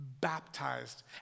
baptized